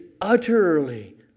utterly